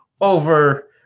over